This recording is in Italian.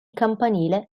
campanile